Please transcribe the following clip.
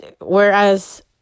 whereas